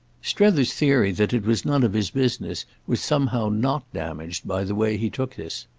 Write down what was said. strether's theory that it was none of his business was somehow not damaged by the way he took this.